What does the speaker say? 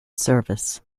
service